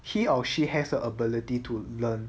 he or she has the ability to learn